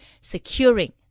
securing